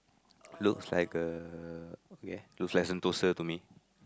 looks like a ya looks like Sentosa to me